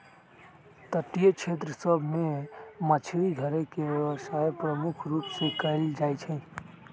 तटीय क्षेत्र सभ में मछरी धरे के व्यवसाय प्रमुख रूप से कएल जाइ छइ